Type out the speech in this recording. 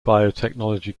biotechnology